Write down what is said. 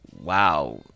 wow